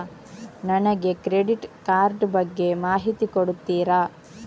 ನನಗೆ credit card ಬಗ್ಗೆ ಮಾಹಿತಿ ಕೊಡುತ್ತೀರಾ?